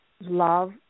love